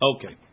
Okay